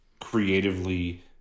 creatively